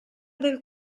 del